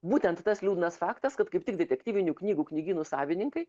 būtent tas liūdnas faktas kad kaip tik detektyvinių knygų knygynų savininkai